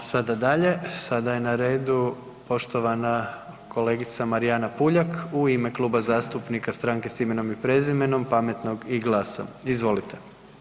Idemo sada dalje, sada je na redu poštovana kolegica Marijana Puljak u ime Klub zastupnika Stranke s imenom i prezimenom, Pametnog i GLAS-a, izvolite.